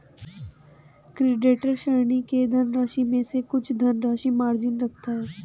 creditor, ऋणी के धनराशि में से कुछ धनराशि मार्जिन रखता है